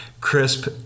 crisp